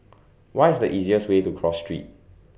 What IS The easiest Way to Cross Street